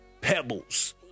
pebbles